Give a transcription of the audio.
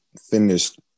finished